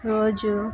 రోజు